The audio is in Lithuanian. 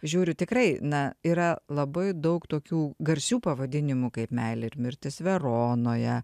žiūriu tikrai na yra labai daug tokių garsių pavadinimų kaip meilė ir mirtis veronoje